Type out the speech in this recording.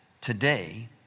today